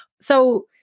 So-